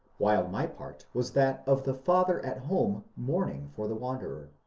while my part was that of the father at home mourning for the wanderer.